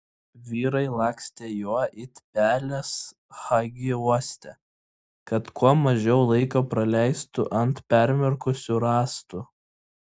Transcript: vyrai lakstė juo it pelės hagi uoste kad kuo mažiau laiko praleistų ant permirkusių rąstų